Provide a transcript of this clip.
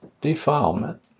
defilement